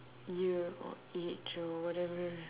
year age or whatever